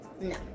No